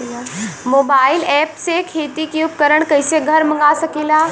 Mobile ऐपसे खेती के उपकरण कइसे घर मगा सकीला?